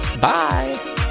Bye